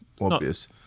obvious